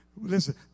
Listen